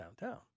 downtown